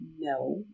no